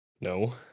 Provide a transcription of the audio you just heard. no